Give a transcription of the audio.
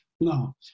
no